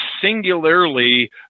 singularly